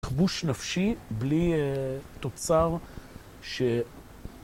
תחבוש נפשי בלי תוצר